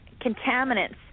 contaminants